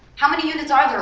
how many units are there